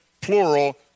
plural